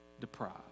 deprived